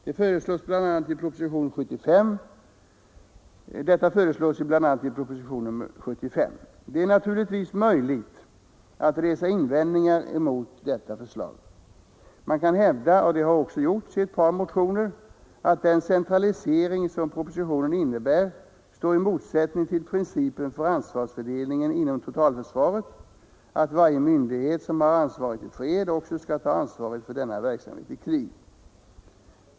Detta föreslås bl.a. i propositionen 1974:75. Det är naturligtvis möjligt att resa invändningar mot detta förslag. Man kan hävda — och det har också gjorts i ett par motioner — att den centralisering som propositionen innebär står i motsättning till principen för ansvarsfördelning inom totalförsvaret att varje myndighet som har ansvaret i fred också skall ta ansvaret för samma verksamhet i krig.